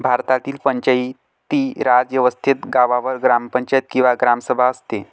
भारतातील पंचायती राज व्यवस्थेत गावावर ग्रामपंचायत किंवा ग्रामसभा असते